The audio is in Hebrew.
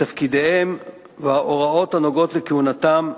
את תפקידיהם וההוראות הנוגעות לכהונתם,